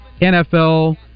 nfl